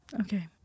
okay